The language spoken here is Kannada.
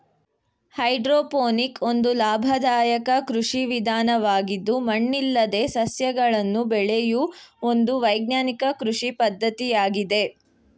ಹೈಡ್ರೋಪೋನಿಕ್ ಒಂದು ಲಾಭದಾಯಕ ಕೃಷಿ ವಿಧಾನವಾಗಿದ್ದು ಮಣ್ಣಿಲ್ಲದೆ ಸಸ್ಯಗಳನ್ನು ಬೆಳೆಯೂ ಒಂದು ವೈಜ್ಞಾನಿಕ ಕೃಷಿ ಪದ್ಧತಿಯಾಗಿದೆ